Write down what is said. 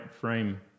frame